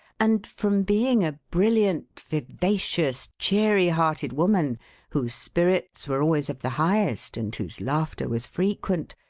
and, from being a brilliant, vivacious, cheery-hearted woman whose spirits were always of the highest and whose laughter was frequent,